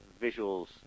visuals